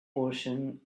portion